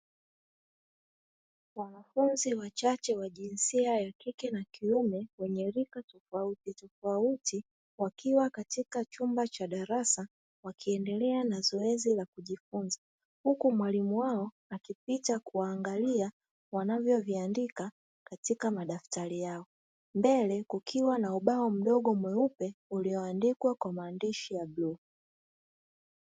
Wanafunzi wachache wa jinsia ya kike na kiume wenye rika tofautitofauti wakiwa katika chumba cha darasa wakiendelea na zoezi la kujifunza; huku mwalimu wao akipita kuwaangalia wanavyoviandika katika madaftari yao. Mbele kukiwa na ubao mdogo mweupe ulioandikwa kwa maandishi ya bluu.